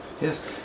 Yes